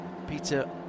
Peter